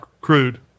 Crude